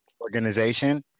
organization